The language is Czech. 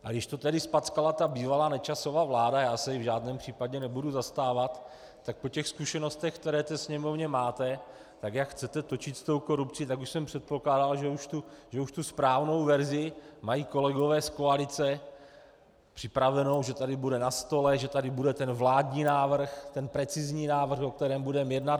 A když to tady zpackala ta bývalá Nečasova vláda já se jí v žádném případě nebudu zastávat tak po těch zkušenostech, které ve Sněmovně máte, jak chcete točit s tou korupcí, tak už jsem předpokládal, že už tu správnou verzi mají kolegové z koalice připravenou, že tady bude na stole, že tady bude ten vládní návrh, ten precizní návrh, o kterém budeme jednat.